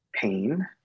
pain